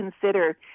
consider